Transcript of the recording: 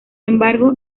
embargo